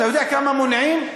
אתה יודע כמה מונעים?